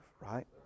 right